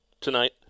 tonight